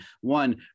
One